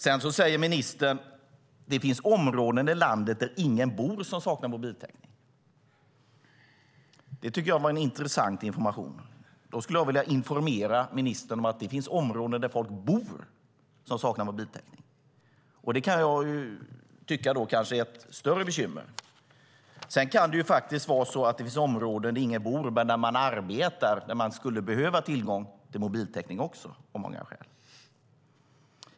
Sedan säger ministern att det finns områden i landet där ingen bor som saknar mobiltäckning. Det tycker jag var intressant information. Då skulle jag vilja informera ministern om att det finns områden där folk bor som saknar mobiltäckning. Det kan jag kanske tycka är ett större bekymmer. Sedan kan det faktiskt vara så att det finns områden där ingen bor, men där man arbetar, där man också skulle behöva tillgång till mobiltäckning av många skäl.